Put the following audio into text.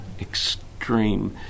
extreme